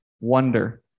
wonder